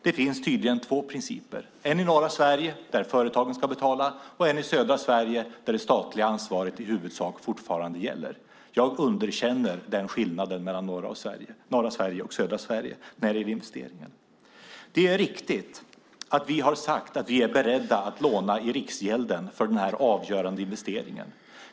Det finns tydligen två principer: en i norra Sverige där företagen ska betala och en i södra Sverige där det statliga ansvaret i huvudsak fortfarande gäller. Jag underkänner den skillnaden mellan norra Sverige och södra Sverige när det gäller investeringar. Det är riktigt att vi har sagt att vi är beredda att låna i Riksgälden för denna avgörande investering.